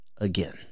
again